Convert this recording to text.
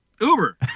Uber